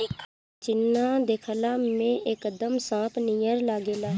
चिचिना देखला में एकदम सांप नियर लागेला